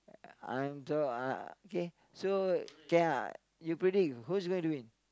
I'm so uh K so K ah you predict who's going to win